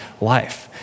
life